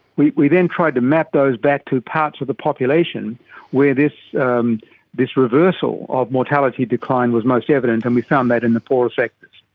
we we then tried to map those back to parts of the population where this um this reversal of mortality decline was most evident and um we found that in the poorer sectors.